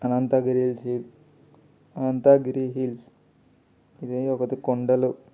Anantagiri hills Ananthagiri hills ఇది ఒకటి కొండలు